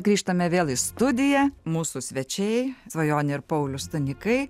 grįžtame vėl į studiją mūsų svečiai svajonė ir paulius stanikai